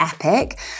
epic